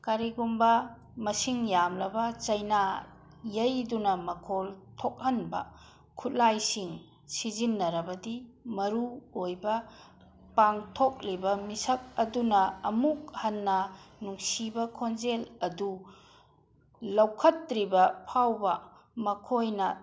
ꯀꯔꯤꯒꯨꯝꯕ ꯃꯁꯤꯡ ꯌꯥꯝꯂꯕ ꯆꯩꯅꯥ ꯌꯩꯗꯨꯅ ꯃꯈꯣꯜ ꯊꯣꯛꯍꯟꯕ ꯈꯨꯠꯂꯥꯏꯁꯤꯡ ꯁꯤꯖꯤꯟꯅꯔꯕꯗꯤ ꯃꯔꯨ ꯑꯣꯏꯕ ꯄꯥꯡꯊꯣꯛꯂꯤꯕ ꯃꯤꯁꯛ ꯑꯗꯨꯅ ꯑꯃꯨꯀ ꯍꯟꯅ ꯅꯨꯡꯁꯤꯕ ꯈꯣꯟꯖꯦꯜ ꯑꯗꯨ ꯂꯧꯈꯠꯇ꯭ꯔꯤꯕ ꯐꯥꯎꯕ ꯃꯈꯣꯏꯅ